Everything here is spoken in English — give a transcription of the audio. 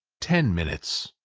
ten minutes,